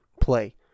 play